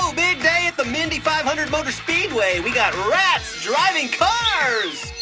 big day at the mindy five hundred motor speedway. we got driving cars